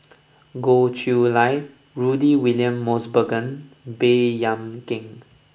Goh Chiew Lye Rudy William Mosbergen Baey Yam Keng